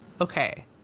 Okay